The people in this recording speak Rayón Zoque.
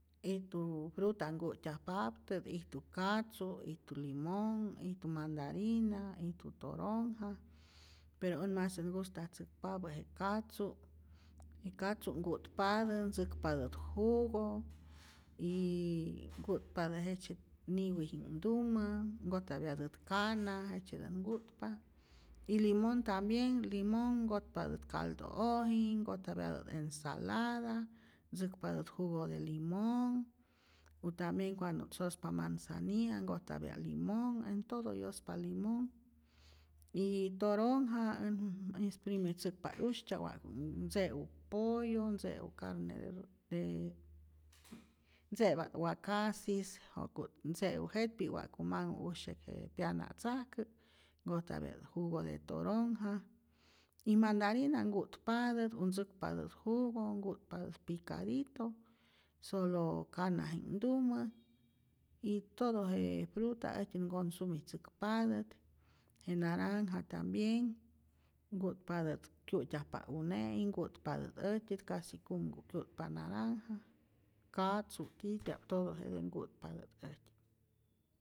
Ijtu fruta nku'tyajpaptä ijtu katzu', ijtu limonh, ijtu mandarina, ijtu toronja, pero äj masät gustatzäkpapä je katzu', je katzu' nku'tpatät, ntzäkpatät jugo, yy nku'tpatä jejtzye niwiji'knhtumä, nkojtapyatät kana jejtzyetät nkutpa, y limonh tambien limonh nkotpatä caldo'ojinh, nkojtapyatät ensalada, ntzäkpatät jugo de limonh, u tambien cuanto't sospa manzania nkojtapya't limonh, en todo yospa limonh y toronja äj esprimitzäkpa't usytya'p wa'ku't ntze'u pollo, ntze'u carne de re de tze'pa't wakasis ja'ku't ntze'u jet'pi'k, wa'ku manhu usya'k je pyanatzajkä', nkojtapya't jugo de toronja, y mandarina nku'tpatät o ntzäkpatät jugo, nku'tpatät picadito, solo kanaji'knhtumä y todo je fruta äjtyät nconsumitzäkpatät, je naranja tambien nku'tpatät, kyu'tyajpa une'i, nku'tpatät äjtyät, kasi kumku' kyu'tpa naranja, katzu titya'p todo jete nku'tpatät äjtyät.